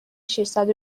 ششصد